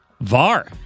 VAR